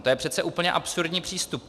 To je přece úplně absurdní přístup.